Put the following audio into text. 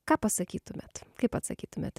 ką pasakytumėt kaip atsakytumėt